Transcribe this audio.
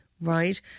right